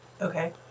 Okay